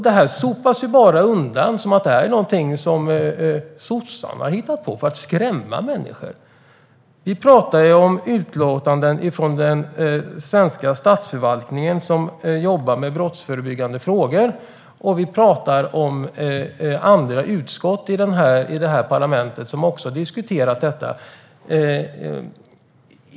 Detta sopas bara undan, som att det är någonting som sossarna har hittat på för att skrämma människor. Vi pratar om utlåtanden från den svenska statsförvaltningen, som jobbar med brottsförebyggande frågor. Och vi pratar om andra utskott i det här parlamentet som har diskuterat detta.